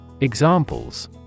Examples